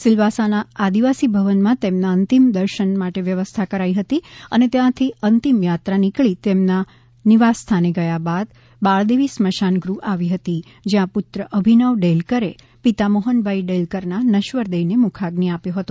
સીલવાસાના આદિવાસી ભવનમાં તેમના અંતિમ દર્શન માટે વ્યવસ્થા કરાઈ હતી અને ત્યાથી અંતિમયાત્રા નીકળી તેમના નિવાસ સ્થાને ગયા બાદ બાળદેવી સ્મશાન ગૃહ આવી હતી જ્યાં પુત્ર અભિનવ ડેલકરે પિતા મોહનભાઇ ડેલકરના નશ્વર દેહને મુખાઝ્ની આપ્યો હતો